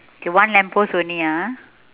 okay one lamppost only ah